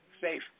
safe